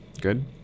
good